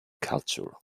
culture